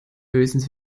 höchstens